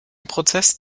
prozess